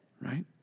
right